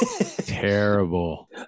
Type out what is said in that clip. terrible